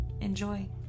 Enjoy